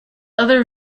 other